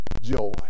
joy